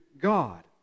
God